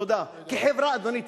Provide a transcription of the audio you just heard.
תודה, אדוני.